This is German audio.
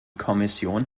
kommission